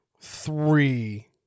Three